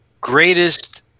greatest